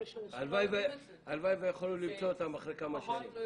הלוואי ויכולנו למצוא אותם אחרי כמה שנים.